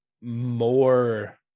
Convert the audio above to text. more